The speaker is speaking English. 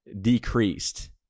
decreased